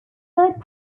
third